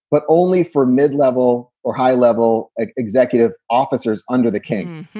but only for mid-level or high level executive officers under the king.